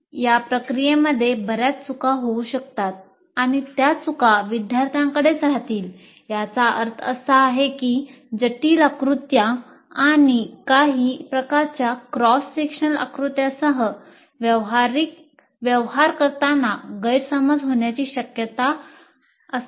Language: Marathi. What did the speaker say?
या प्रक्रियेमध्ये बर्याच चुका होऊ शकतात आणि त्या चुका विद्यार्थ्यांकडेच राहतील याचा अर्थ असा आहे की जटिल आकृत्या आणि काही प्रकारच्या क्रॉस सेक्शनल आकृत्यांसह व्यवहार करताना गैरसमज होण्याची शक्यता असते